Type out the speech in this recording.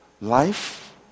life